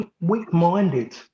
Weak-minded